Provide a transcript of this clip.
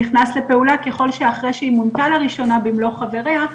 נכנס לפעולה ככל שאחרי שמונתה לראשונה במלוא חבריה,